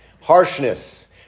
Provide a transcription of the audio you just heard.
harshness